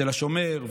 תל השומר,